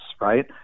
right